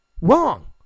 wrong